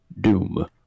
doom